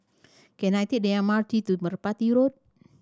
can I take the M R T to Merpati Road